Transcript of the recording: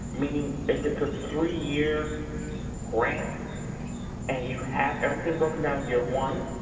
meaning, if it's a three-year grant and you have everything broken down, year one,